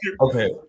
Okay